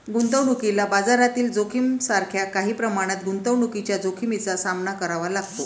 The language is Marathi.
गुंतवणुकीला बाजारातील जोखमीसारख्या काही प्रमाणात गुंतवणुकीच्या जोखमीचा सामना करावा लागतो